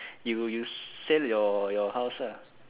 you you sell your your house lah